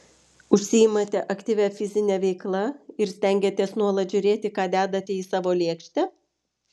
užsiimate aktyvia fizine veikla ir stengiatės nuolat žiūrėti ką dedate į savo lėkštę